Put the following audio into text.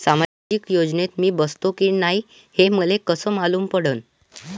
सामाजिक योजनेत मी बसतो की नाय हे मले कस मालूम पडन?